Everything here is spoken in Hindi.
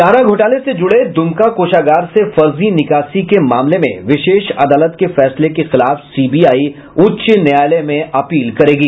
चारा घोटाला से जुड़े दुमका कोषागार से फर्जी निकासी के मामले में विशेष अदालत के फैसले के खिलाफ सीबीआई उच्च न्यायालय में अपील करेगी